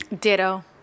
ditto